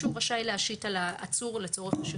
שרשאי הקצין הממונה בתחנת המשטרה לשחרר בהם